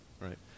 right